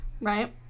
Right